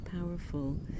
powerful